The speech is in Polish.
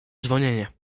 dzwonienie